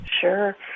Sure